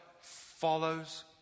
follows